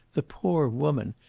the poor woman!